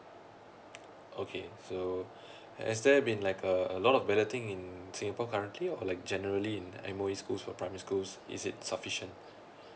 okay so as there have been like a a lot of balloting in singapore currently or like generally in M_O_E schools or primary schools is it sufficient